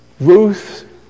Ruth